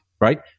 right